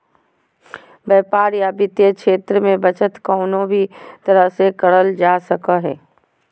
व्यापार या वित्तीय क्षेत्र मे बचत कउनो भी तरह से करल जा सको हय